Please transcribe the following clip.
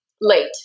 Late